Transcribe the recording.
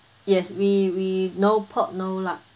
yes we we no pork no lard